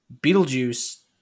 Beetlejuice